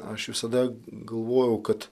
aš visada galvojau kad